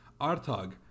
Artag